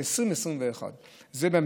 על 2021. זה,